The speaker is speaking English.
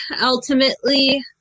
ultimately